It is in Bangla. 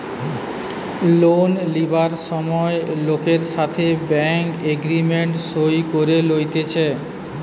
লোন লিবার সময় লোকের সাথে ব্যাঙ্ক এগ্রিমেন্ট সই করে লইতেছে